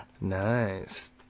Nice